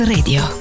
Radio